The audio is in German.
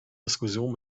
diskussionen